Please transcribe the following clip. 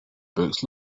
books